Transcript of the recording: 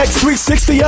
X360